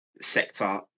sector